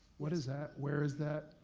what is that, where is that?